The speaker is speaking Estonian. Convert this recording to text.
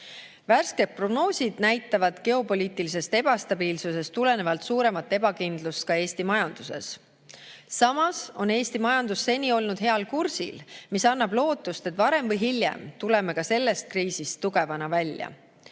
Värsked prognoosid näitavad geopoliitilisest ebastabiilsusest tulenevalt suuremat ebakindlust ka Eesti majanduses. Samas on Eesti majandus seni olnud heal kursil, mis annab lootust, et varem või hiljem tuleme ka sellest kriisist tugevana välja.